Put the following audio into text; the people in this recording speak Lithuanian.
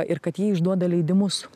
ir kad ji išduoda leidimus